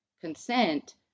consent